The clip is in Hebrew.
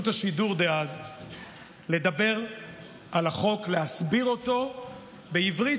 השידור דאז לדבר על החוק ולהסביר אותו בעברית,